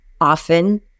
often